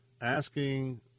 asking